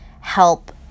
help